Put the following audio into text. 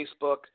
Facebook